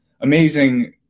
amazing